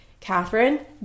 Catherine